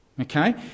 Okay